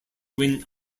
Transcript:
win